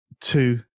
two